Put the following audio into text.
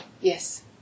Yes